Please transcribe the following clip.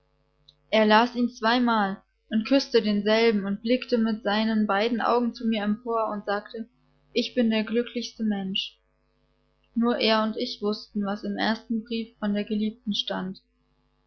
er las ihn zweimal und küßte denselben und blickte mit seinen beiden augen zu mir empor und sagte ich bin der glücklichste mensch nur er und ich wußten was im ersten brief von der geliebten stand